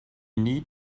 need